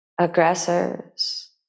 aggressors